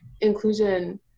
inclusion